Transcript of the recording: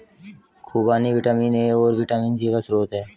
खूबानी vitamin A और vitamin C का स्रोत है